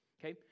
Okay